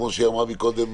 כמו שהיא אמרה קודם.